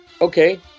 okay